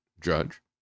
judge